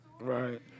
Right